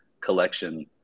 collection